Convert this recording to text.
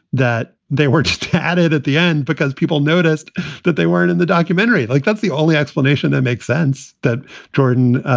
that they were just added at the end because people noticed that they weren't in the documentary. like that's the only explanation that makes sense that jordan.